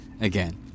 again